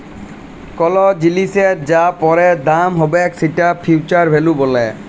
call জিলিসের যা পরের দাম হ্যবেক সেটকে ফিউচার ভ্যালু ব্যলে